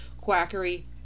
quackery